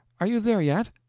are you there yet?